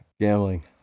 Gambling